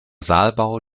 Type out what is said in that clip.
saalbau